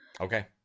okay